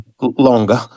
longer